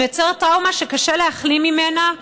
זה מייצר טראומה שקשה להחלים ממנה.